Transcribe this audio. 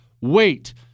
wait